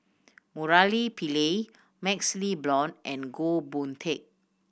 Murali Pillai MaxLe Blond and Goh Boon Teck